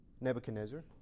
Nebuchadnezzar